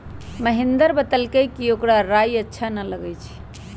महेंदर बतलकई कि ओकरा राइ अच्छा न लगई छई